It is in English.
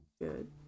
Good